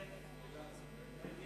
התשס"ט 2009,